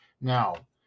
Now